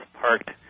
parked